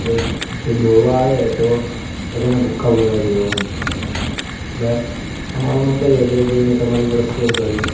કે જો દોડવા આવે તો બધાના ભૂક્કા બોલાવી દે એવો એમ એટલે આ મારૂં મંતવ્ય છે જે મેં તમારી જોડે શેર કર્યું